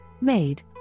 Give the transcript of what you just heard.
made